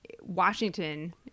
Washington